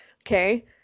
Okay